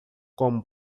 como